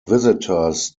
visitors